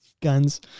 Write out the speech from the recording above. guns